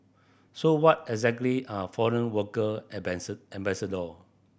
so what exactly are foreign worker ambassador